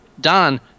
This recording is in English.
Don